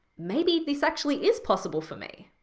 maybe this actually is possible for me.